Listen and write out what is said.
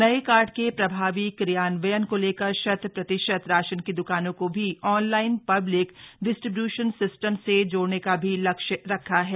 नए कार्ड के प्रभावी क्रियान्वयन को लेकर शत प्रतिशत राशन की द्कानों को भी ऑनलाइन ब्लिक डिस्ट्रिब्यूशन सिस्टम से जोड़ने का भी लक्ष्य रखा है